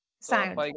sound